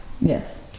Yes